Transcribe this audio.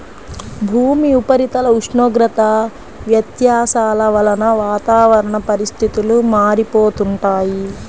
భూమి ఉపరితల ఉష్ణోగ్రత వ్యత్యాసాల వలన వాతావరణ పరిస్థితులు మారిపోతుంటాయి